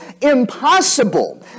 impossible